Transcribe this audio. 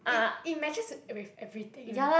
it it matches with with everything